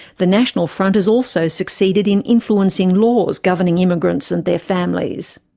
the national front has also succeeded in influencing laws governing immigrants and their families.